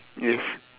yes